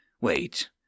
Wait